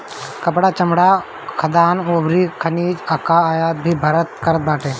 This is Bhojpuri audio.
कपड़ा, चमड़ा, खाद्यान अउरी खनिज कअ आयात भी भारत करत बाटे